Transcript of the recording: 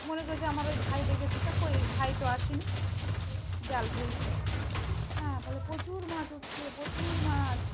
মনে করেছে আমার ওই ভাই ডেকেছে তা ক ওই ভাই তো আসেন জাল ফেলছে হ্যাঁ ফলে প্রচুর মাছ উঠছে প্রচুর মাছ